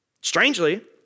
Strangely